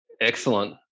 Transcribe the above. Excellent